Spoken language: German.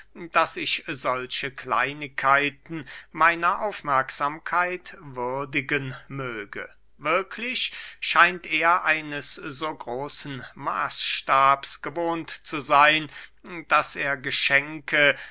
daß ich solche kleinigkeiten meiner aufmerksamkeit würdigen möge wirklich scheint er eines so großen maßstabs gewohnt zu seyn daß er geschenke